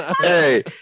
hey